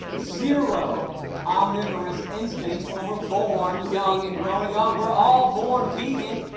zero omnivorous instincts, when we're born, young and growing up, we're all born vegan.